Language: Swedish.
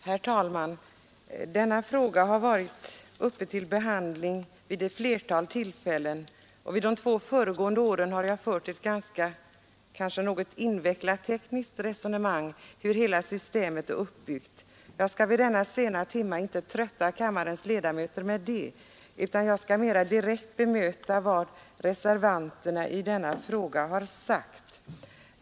Herr talman! Denna fråga har varit uppe till behandling vid ett flertal tillfällen. De två föregående åren har jag fört ett kanske något invecklat tekniskt resonemang om hur hela systemet är uppbyggt. Jag skall vid denna sena timme inte trötta kammarens ledamöter med det utan mera direkt bemöta vad reservanterna har sagt.